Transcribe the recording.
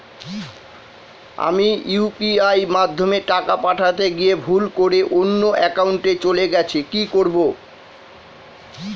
আমি ইউ.পি.আই মাধ্যমে টাকা পাঠাতে গিয়ে ভুল করে অন্য একাউন্টে চলে গেছে কি করব?